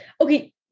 okay